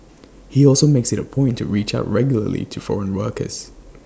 he also makes IT A point to reach out regularly to foreign workers